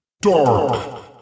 Dark